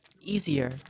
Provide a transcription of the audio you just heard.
Easier